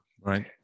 Right